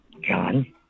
John